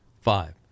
five